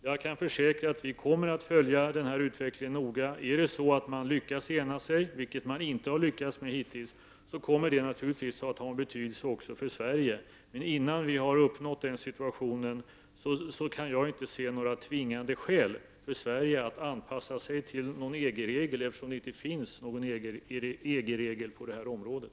Jag kan försäkra att vi kommer att följa den här utvecklingen noga. Om man lyckas ena sig — vilket man inte lyckats med hittills — kommer det naturligtvis också att få betydelse för svenskt vidkommande. Innan vi har nått den situationen kan jag inte se några tvingande skäl för Sverige att anpassa sig till en EG-regel, eftersom det inte finns någon EG-regel på det här området.